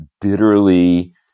bitterly